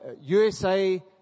USA